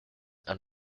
and